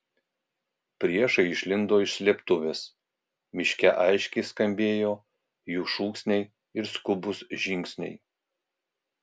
priešai išlindo iš slėptuvės miške aiškiai skambėjo jų šūksniai ir skubūs žingsniai